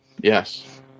yes